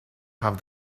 have